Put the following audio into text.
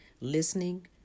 listening